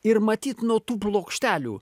ir matyt nuo tų plokštelių